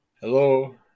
Hello